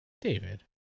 David